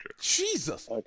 Jesus